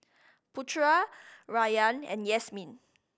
Putera Rayyan and Yasmin